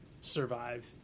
Survive